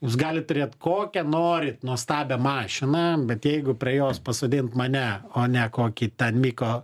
jūs galit turėt kokią norit nuostabią mašiną bet jeigu prie jos pasodint mane o ne kokį ten miko